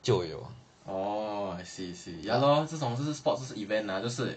orh I see I see ya lor 这种就是 sports 就是 events lah